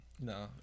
No